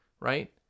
right